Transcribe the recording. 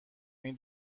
این